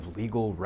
legal